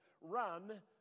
run